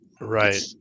right